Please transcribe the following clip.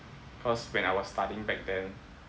cause when I was studying back then